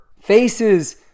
faces